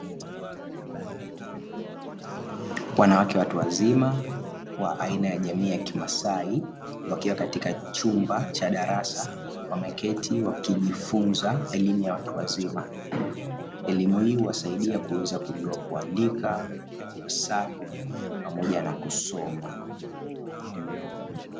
Wanawake watu wazima wa aina ya jamii ya kimaasai, wakiwa katika chumba cha darasa wameketi wakijifunza elimu ya watu wazima. Elimu hii huwasaidia kuweza kujua kuandika, pamoja na kusoma.